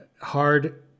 hard